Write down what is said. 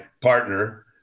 partner